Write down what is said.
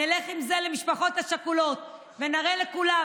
נלך עם זה למשפחות השכולות ונראה לכולם